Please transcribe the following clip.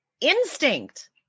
instinct